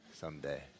someday